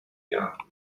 jahren